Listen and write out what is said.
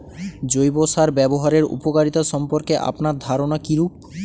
জৈব সার ব্যাবহারের উপকারিতা সম্পর্কে আপনার ধারনা কীরূপ?